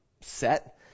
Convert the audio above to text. set